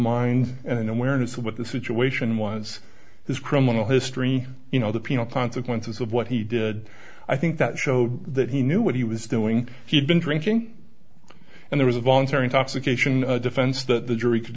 mind and an awareness of what the situation was his criminal history you know the penal consequences of what he did i think that showed that he knew what he was doing he had been drinking and there was a voluntary intoxication defense that the jury could